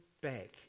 back